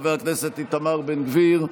חבר הכנסת איתמר בן גביר,